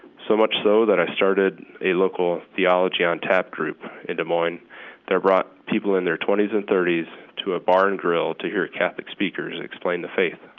so much so that i started a local theology on tap group in des moines that brought people in their twenty s and thirty s to a bar and grill to hear catholic speakers explain the faith.